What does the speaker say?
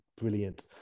brilliant